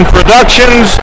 Productions